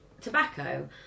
tobacco